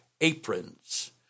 Aprons